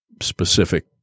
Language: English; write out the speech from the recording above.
specific